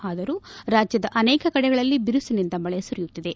ಆದರೂ ರಾಜ್ಯದ ಅನೇಕ ಕಡೆಗಳಲ್ಲಿ ಬಿರುಸಿನಿಂದ ಮಳೆ ಸುರಿಯುತ್ತದೆ